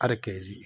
അര K G